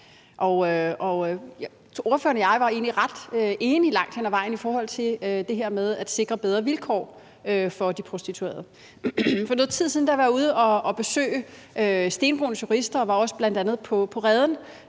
og ordføreren og jeg var egentlig ret enige langt hen ad vejen i forhold til det her med at sikre bedre vilkår for de prostituerede. For noget tid siden var jeg ude at besøge Stenbroens Jurister og var også bl.a. på Reden